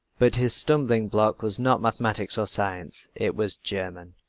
but his stumbling block was not mathematics or science, it was german!